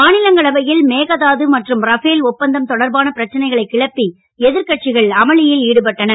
மாநிலங்களவையில் மேகதாது மற்றும் ரஃபேல் ஒப்பந்தம் தொடர்பான பிரச்சனைகளைக் கிளப்பி எதிர் கட்சிகள் அமளியில் ஈடபட்டன